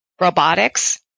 robotics